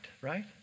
right